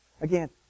Again